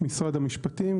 משרד המשפטים.